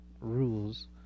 rules